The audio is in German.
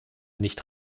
nicht